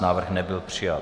Návrh nebyl přijat.